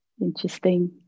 interesting